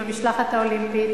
עם המשלחת האולימפית,